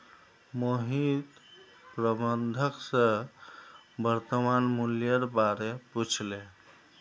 मोहित प्रबंधक स वर्तमान मूलयेर बा र पूछले